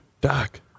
doc